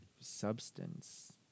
substance